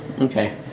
Okay